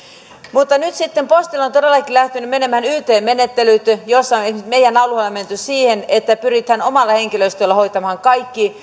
nyt sitten postilla ovat todellakin lähteneet menemään yt menettelyt joissa on esimerkiksi meidän alueellamme menty siihen että pyritään omalla henkilöstöllä hoitamaan kaikki